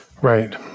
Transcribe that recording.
Right